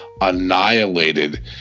annihilated